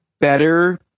better